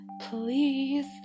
please